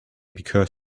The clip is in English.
because